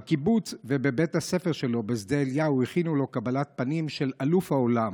בקיבוץ ובבית הספר שלו בשדה אליהו הכינו לו קבלת פנים של אלוף העולם.